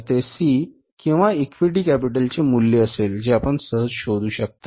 तर ते सी किंवा इक्विटी कॅपिटलचे मूल्य असेल जे आपण सहज शोधू शकता